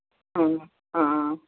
ആ ആ